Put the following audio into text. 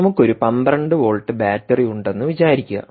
നമുക്ക് ഒരു 12 volt battery ഉണ്ടെന്ന് വിചാരിക്കുക